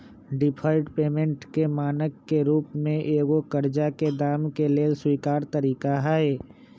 deferred payment के मानक के रूप में एगो करजा के दाम के लेल स्वीकार तरिका हइ